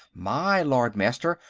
my lord-master,